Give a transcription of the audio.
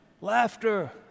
laughter